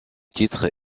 titres